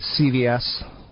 CVS